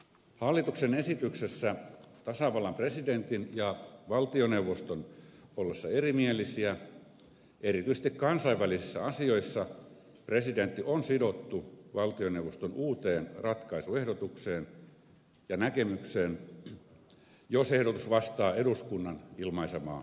hallituksen esityksessä tasavallan presidentin ja valtioneuvoston ollessa erimielisiä erityisesti kansainvälisissä asioissa presidentti on sidoksissa valtioneuvoston uuteen ratkaisuehdotukseen ja näkemykseen jos ehdotus vastaa eduskunnan ilmaisemaa kantaa